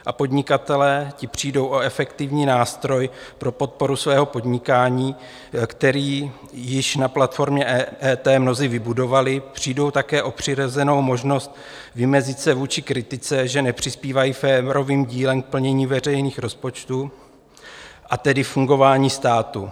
A podnikatelé, ti přijdou o efektivní nástroj pro podporu svého podnikání, který již na platformě EET mnozí vybudovali, přijdou také o přirozenou možnost vymezit se vůči kritice, že nepřispívají férovým dílem k plnění veřejných rozpočtů a tedy fungování státu.